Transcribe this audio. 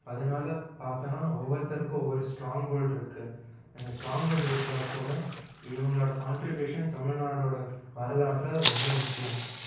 அதனால் பார்த்தோன்னா ஒவ்வொருத்தருக்கும் ஒவ்வொரு ஸ்ட்ராங் கோலிடிருக்கு அந்த ஸ்ட்ராங் கோல்ட் இருந்தால்க்கூட இவர்களோட கான்ட்ரிபியூஷன் தமிழ்நாடோட வரலாற்றில் ரொம்ப முக்கியம்